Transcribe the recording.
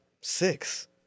six